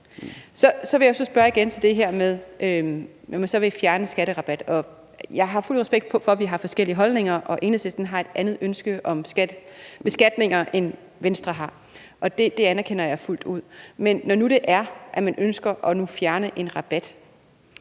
Så vil jeg så spørge igen til det her med, at man vil fjerne en skatterabat. Jeg har fuld respekt for, at vi har forskellige holdninger, og at Enhedslisten har et andet ønske om beskatning, end Venstre har, og det anerkender jeg fuldt ud. Men når nu det er, at man ønsker at fjerne en rabat,